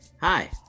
Hi